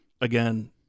again